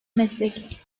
meslek